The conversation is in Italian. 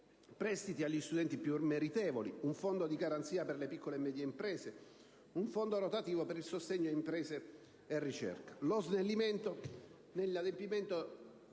prestiti agli studenti più meritevoli, un fondo di garanzia per le piccole e medie imprese, un fondo rotativo per il sostegno a imprese e ricerca, lo snellimento degli adempimenti